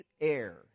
air